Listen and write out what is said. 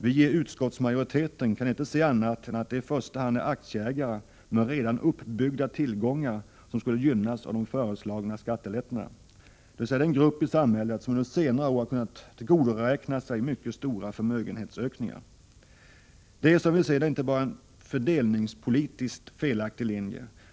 Vi i utskottsmajoriteten kan inte se annat än att det i första hand är aktieägare med redan uppbyggda tillgångar som skulle gynnas av de föreslagna skattelättnaderna, dvs. den grupp i samhället som under senare år har kunnat tillgodoräkna sig mycket stora förmögenhetsökningar. Det är som vi ser det inte bara en fördelningspolitiskt felaktig linje.